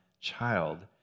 child